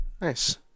Nice